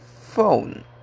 phone